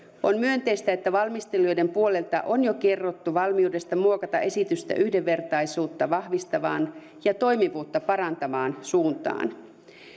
on myönteistä että valmistelijoiden puolelta on jo kerrottu valmiudesta muokata esitystä yhdenvertaisuutta vahvistavaan ja toimivuutta parantavaan suuntaan